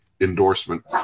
endorsement